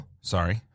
sorry